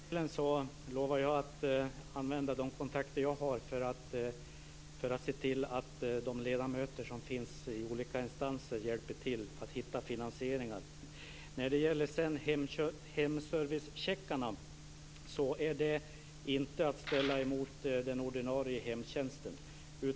Fru talman! När det gäller den första delen lovar jag att använda de kontakter jag har för att se till att de ledamöter som finns i olika instanser hjälper till att finna finansieringsmöjligheter. När det sedan gäller hemtjänstcheckarna är de inte att ställa mot den ordinarie hemtjänsten.